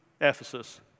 Ephesus